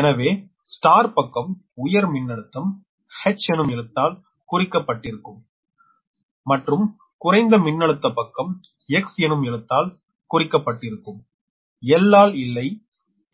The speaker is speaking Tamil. எனவே ஸ்டார் பக்கம் உயர் மின்னழுத்தம் H எனும் எழுத்தால் குறிக்காட்டிருக்கும்மற்றும் குறைந்த மின்னழுத்த பக்கம் X எனும் எழுத்தால் குறிக்காட்டிருக்கும் L ஆல் இல்லை